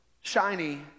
shiny